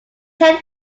ten